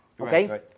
Okay